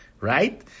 right